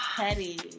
petty